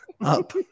Up